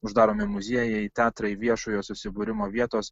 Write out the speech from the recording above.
uždaromi muziejai teatrai viešojo susibūrimo vietos